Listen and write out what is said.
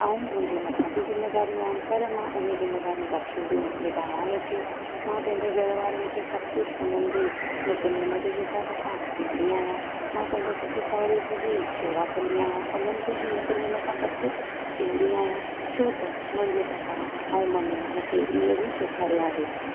ऐं मुंहिंजे मथा बि जिम्मेदारियूं आहिनि पर मां उहे जिम्मेदारियूं बखुबी निभायां बि थी मां पंहिंजे घरु वारनि खे सभु कुझु हुननि जे नितनेम जे हिसाबु सां ॾिंदी आहियां मां पंहिंजे ससु सहुरो जी बि शेवा कंदी आहियां हुननि खे बि नितनेम सां सभु कुछो ॾिंदी आहियां छो त मुंहिंजे पापा ऐं मम्मीअ मूंखे इहेई सेखारियो आहे